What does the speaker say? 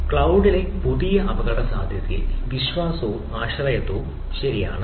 ക്ലൌഡിലെ പുതിയ അപകടസാധ്യതയിൽ വിശ്വാസവും ആശ്രയത്വവും ശരിയാണ്